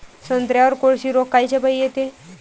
संत्र्यावर कोळशी रोग कायच्यापाई येते?